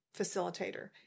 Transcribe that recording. facilitator